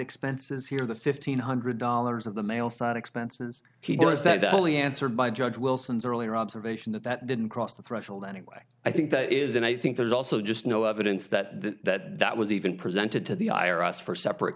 expenses here the fifteen hundred dollars of the male side expenses he does that only answered by judge wilson's earlier observation that that didn't cross the threshold anyway i think that is and i think there's also just no evidence that that that was even presented to the i r s for separate